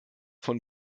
von